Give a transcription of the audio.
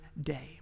day